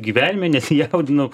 gyvenime nesijaudinau